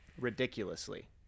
Ridiculously